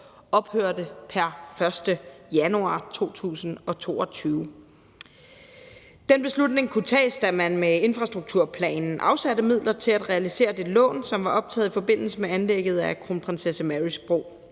ophørte pr. 1. januar 2022. Den beslutning kunne tages, da man med infrastrukturplanen afsatte midler til at realisere det lån, som var optaget i forbindelse med anlægget af Kronprinsesse Marys Bro.